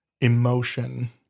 emotion